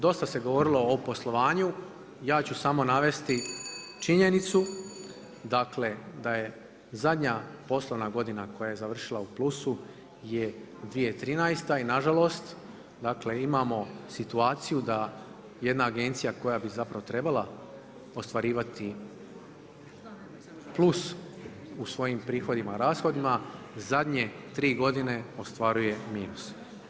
Dosta se govorilo o poslovanju, ja ću samo navesti činjenicu dakle da je zadnja poslovna godina koja je završila u plusu je 2013. i nažalost imamo situaciju da jedna agencija koja bi zapravo trebala ostvarivati plus u svojim prihodima i rashodima, zadnje tri godine ostvaruje minus.